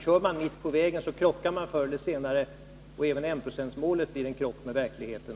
Kör man mitt på vägen, krockar man förr eller senare. Även enprocentsmålet blir en krock med verkligheten.